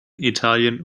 italien